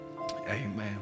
amen